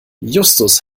justus